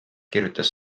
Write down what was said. kirjutas